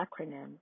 acronym